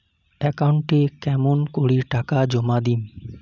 একাউন্টে কেমন করি টাকা জমা দিম?